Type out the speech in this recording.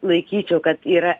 laikyčiau kad yra